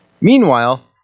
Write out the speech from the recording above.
Meanwhile